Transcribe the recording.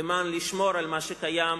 כדי לשמור על מה שקיים,